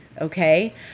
Okay